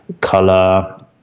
color